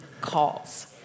calls